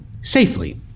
safely